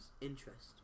Interest